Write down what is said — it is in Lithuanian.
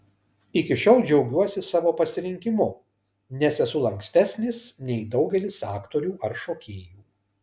iki šiol džiaugiuosi savo pasirinkimu nes esu lankstesnis nei daugelis aktorių ar šokėjų